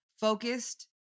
focused